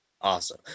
Awesome